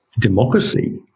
democracy